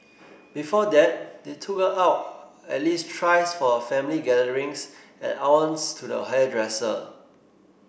before that they took her out at least thrice for family gatherings and once to the hairdresser